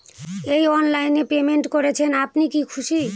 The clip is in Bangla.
এই অনলাইন এ পেমেন্ট করছেন আপনি কি খুশি?